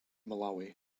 malawi